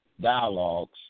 dialogues